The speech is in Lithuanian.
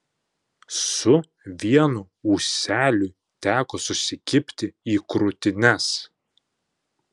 su vienu ūseliui teko susikibti į krūtines